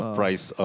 price